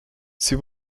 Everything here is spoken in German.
sie